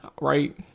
right